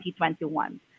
2021